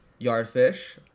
Yardfish